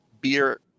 beer